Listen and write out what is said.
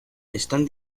están